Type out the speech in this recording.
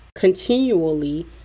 continually